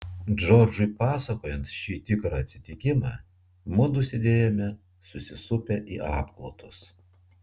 džordžui pasakojant šį tikrą atsitikimą mudu sėdėjome susisupę į apklotus